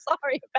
sorry